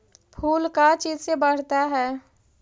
फूल का चीज से बढ़ता है?